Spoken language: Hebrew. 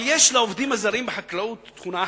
אבל יש לעובדים הזרים בחקלאות תכונה אחת: